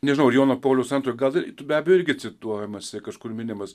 nežinau jono pauliaus antrojo gal tu be abejo irgi cituojamas kažkur minimas